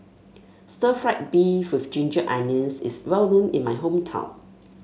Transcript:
stir fry beef with Ginger Onions is well known in my hometown